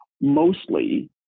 mostly